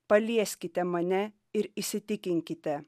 palieskite mane ir įsitikinkite